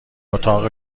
اتاق